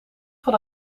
van